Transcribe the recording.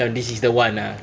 cam this is the [one] ah